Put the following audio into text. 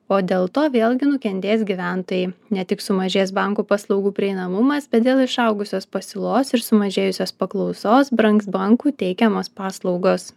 o dėl to vėlgi nukentės gyventojai ne tik sumažės bankų paslaugų prieinamumas bet dėl išaugusios pasiūlos ir sumažėjusios paklausos brangs bankų teikiamos paslaugos